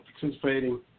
participating